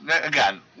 again